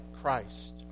Christ